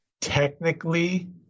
technically